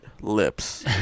lips